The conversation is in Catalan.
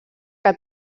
que